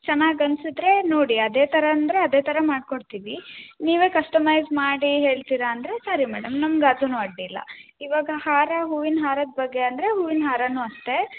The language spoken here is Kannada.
ಚೆನಾಗ್ ಅನ್ಸದ್ದರೆ ನೋಡಿ ಅದೇ ಥರ ಅಂದರೆ ಅದೇ ಥರ ಮಾಡ್ಕೊಡ್ತೀವಿ ನೀವೇ ಕಸ್ಟಮೈಝ್ ಮಾಡಿ ಹೇಳ್ತೀರ ಅಂದರೆ ಸರಿ ಮೇಡಮ್ ನಮ್ಗೆ ಅದೂನು ಅಡ್ಡಿಯಿಲ್ಲ ಇವಾಗ ಹಾರ ಹೂವಿನ ಹಾರದ ಬಗ್ಗೆ ಅಂದರೆ ಹೂವಿನ ಹಾರನು ಅಷ್ಟೆ